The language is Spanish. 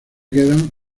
quedan